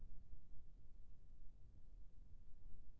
शिल्टी धान कोन से मौसम मे बने होही?